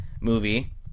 movie